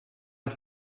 het